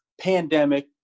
pandemic